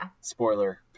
Spoiler